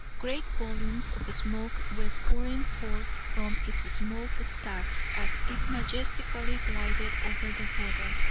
great volumes of smoke were pouring forth from its smoke-stacks as it majestically glided over the water.